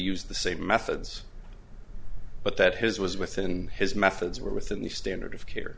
used the same methods but that his was within his methods were within the standard of care